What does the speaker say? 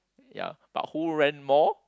ya but who ran more